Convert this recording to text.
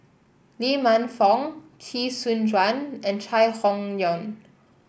Lee Man Fong Chee Soon Juan and Chai Hon Yoong